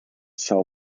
sell